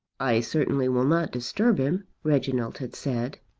i certainly will not disturb him, reginald had said.